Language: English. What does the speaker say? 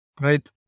right